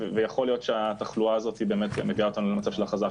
ויכול להיות שהתחלואה הזאת היא באמת מביאה אותנו למצב של הכרזה.